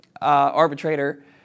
arbitrator